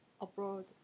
abroad